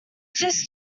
just